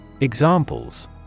Examples